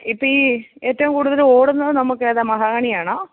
ഇപ്പം ഈ ഏറ്റവും കൂടുതലോടുന്നത് നമുക്കേതാണ് മഹാഗണിയാണോ